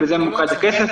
בזה ממוקד הכסף.